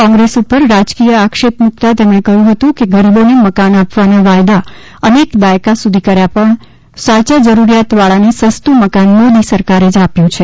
કોંગ્રેસ ઉપર રાજકીય આક્ષેપ મુક્તા તેમણે કહ્યું હતું કે ગરીબોને મકાન આપવાના વાયદા અનેક દાયકા સુધી કર્યા પણ સાચા જરૂરિયાતવાળાને સસ્તું મકાન મોદી સરકારે જ આપ્યું છે